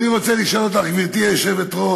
אני רוצה לשאול אותך, גברתי היושבת-ראש: